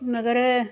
मगर